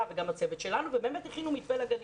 וגם הצוות שלנו ובאמת הכינו מתווה לגנים.